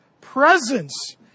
presence